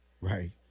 Right